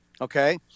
Okay